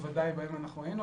בוודאי במגזרים בהם היינו,